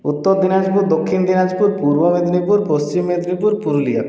Uttar Dinajpur Dakshin Dinajpur Purba Medinipur Paschim Medinipur Purulia